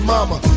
Mama